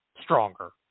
stronger